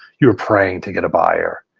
you were praying to get a buyer.